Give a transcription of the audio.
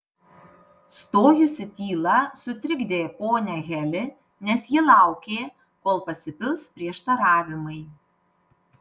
stojusi tyla sutrikdė ponią heli nes ji laukė kol pasipils prieštaravimai